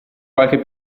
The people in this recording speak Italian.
qualche